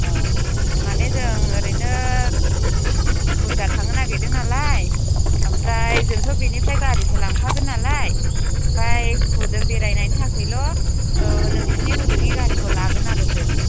अ माने जों ओरैनो बुरजा थांनो नागिरदों नालाय ओमफ्राय जोंथ' बेनिफ्राय गारिसो लांखागोन नालाय ओमफाय हजों बेरायनायनि थाखायल' नोंसोरनि हजोंनि गारिखौ लागोन आरो जों